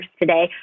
today